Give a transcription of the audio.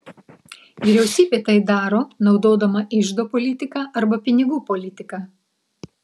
vyriausybė tai daro naudodama iždo politiką arba pinigų politiką